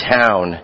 town